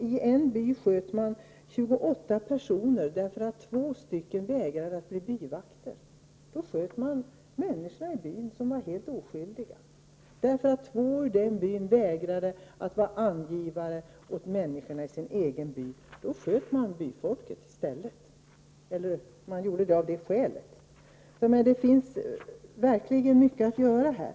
I en by sköts 28 helt oskyldiga bybor därför att två vägrade att bli byvakter, att bli angivare åt människorna i sin egen by. Det finns verkligen mycket att göra här.